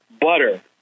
butter